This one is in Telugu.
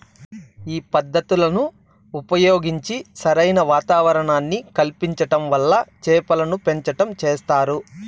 ఈ పద్ధతులను ఉపయోగించి సరైన వాతావరణాన్ని కల్పించటం వల్ల చేపలను పెంచటం చేస్తారు